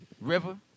River